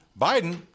Biden